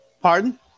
Pardon